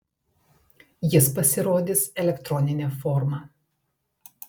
jis pasirodys elektronine forma